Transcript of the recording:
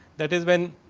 that is when